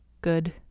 Good